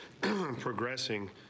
progressing